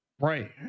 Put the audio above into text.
Right